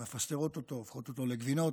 מפסטרות אותו והופכות אותו לגבינות,